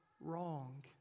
wrong